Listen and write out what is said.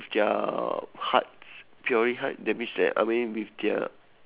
with their hearts purely heart that means that I mean with their